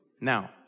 Now